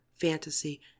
fantasy